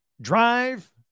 drive